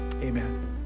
Amen